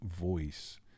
voice